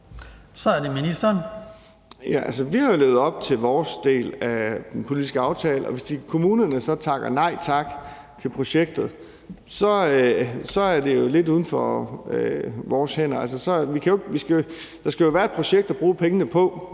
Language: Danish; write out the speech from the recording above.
(Thomas Danielsen): Vi har jo levet op til vores del af den politiske aftale, og hvis kommunerne så takker nej tak til projektet, er det jo lidt ude af vores hænder. Der skal jo være et projekt at bruge pengene på,